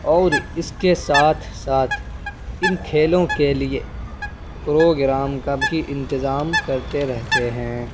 اور اس کے ساتھ ساتھ ان کھیلوں کے لیے پروگرام کا بھی انتظام کرتے رہتے ہیں